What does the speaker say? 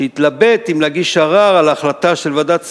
שהתלבט אם להגיש ערר על ההחלטה של ועדת שרים,